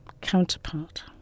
counterpart